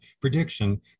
prediction